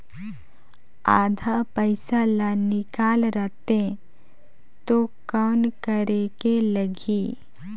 आधा पइसा ला निकाल रतें तो कौन करेके लगही?